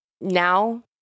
now